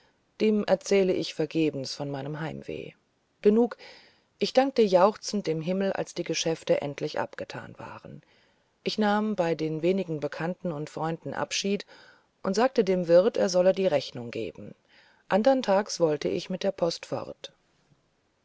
dem erzähle ich vergebens von meinem heimweh genug ich dankte jauchzend dem himmel als die geschäfte endlich abgetan waren ich nahm bei den wenigen bekannten und freunden abschied und sagte dem wirt er solle die rechnung geben andern tags wollte ich mit der post fort